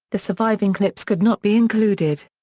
the surviving clips could not be included.